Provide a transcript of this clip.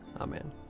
Amen